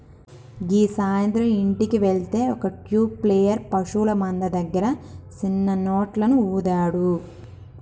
గీ సాయంత్రం ఇంటికి వెళ్తే ఒక ట్యూబ్ ప్లేయర్ పశువుల మంద దగ్గర సిన్న నోట్లను ఊదాడు